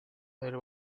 del